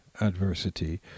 adversity